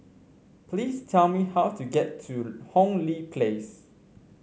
please tell me how to get to Hong Lee Place